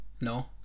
No